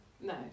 No